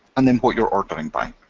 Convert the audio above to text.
and then what you're ordering by.